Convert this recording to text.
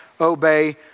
obey